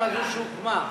ועדת השרים הזו שהוקמה,